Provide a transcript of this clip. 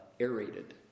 aerated